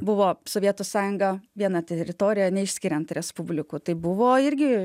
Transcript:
buvo sovietų sąjunga viena teritorija neišskiriant respublikų tai buvo irgi